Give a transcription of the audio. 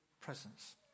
presence